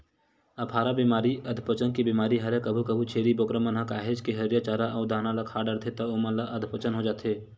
अफारा बेमारी अधपचन के बेमारी हरय कभू कभू छेरी बोकरा मन ह काहेच के हरियर चारा अउ दाना ल खा डरथे त ओमन ल अधपचन हो जाथे